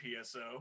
PSO